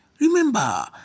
Remember